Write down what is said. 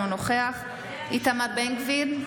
אינו נוכח איתמר בן גביר,